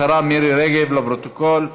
את השרה מירי רגב, לפרוטוקול.